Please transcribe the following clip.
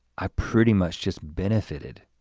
i pretty much just benefited